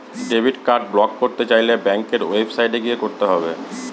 debit card block করতে চাইলে ব্যাঙ্কের ওয়েবসাইটে গিয়ে করতে হবে